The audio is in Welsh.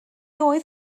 oedd